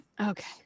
Okay